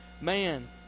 man